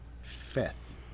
Fifth